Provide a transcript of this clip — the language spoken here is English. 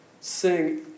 sing